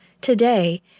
Today